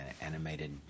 animated